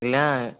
இல்லையா